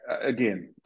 Again